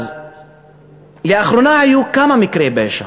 אז לאחרונה היו כמה מקרי פשע.